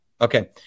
Okay